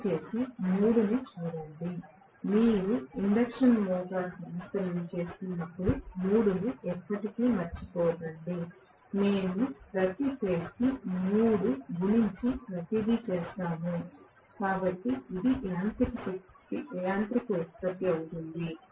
దయచేసి 3 ని చూడండి మీరు ఇండక్షన్ మోటారు సమస్యలను చేస్తున్నప్పుడు 3 ని ఎప్పటికీ మర్చిపోకండి మేము ప్రతి ఫేజ్కు 3 గుణించి ప్రతిదీ చేస్తాము కాబట్టి ఇది యాంత్రిక ఉత్పత్తి అవుతుంది